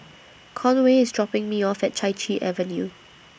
Conway IS dropping Me off At Chai Chee Avenue